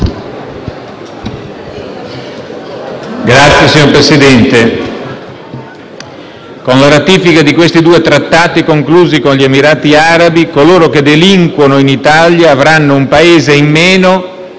*(FdI)*. Signor Presidente, con la ratifica di questi due Trattati conclusi con gli Emirati Arabi coloro che delinquono in Italia avranno un Paese in meno